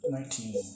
Nineteen